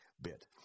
bit